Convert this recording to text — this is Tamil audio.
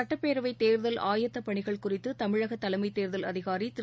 சுட்டப்பேரவை தேர்தல் ஆயத்தப் பணிகள் குறித்து தமிழக தலைமைத் தேர்தல் அதிகாரி திரு